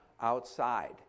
outside